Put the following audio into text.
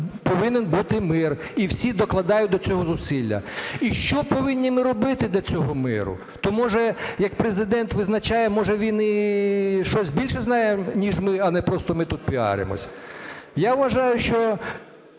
повинен бути мир, і всі докладають до цього зусилля. І що повинні ми робити для цього миру? То, може, як Президент визначає, може, він і щось більше знає, ніж ми, а не просто ми тут піаримось? Я вважаю, що